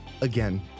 Again